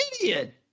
idiot